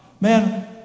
man